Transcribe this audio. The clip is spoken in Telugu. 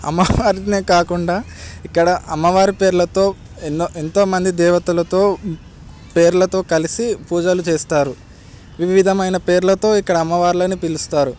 అమ్మవారినే కాకుండా ఇక్కడ అమ్మవారి పేర్లతో ఎన్నో ఎంతమంది దేవతలతో పేర్లతో కలిసి పూజలు చేస్తారు వివిధమైన పేర్లతో ఇక్కడ అమ్మవార్లని పిలుస్తారు